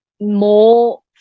more